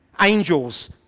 angels